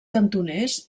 cantoners